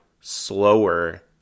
slower